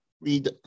read